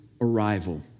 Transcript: arrival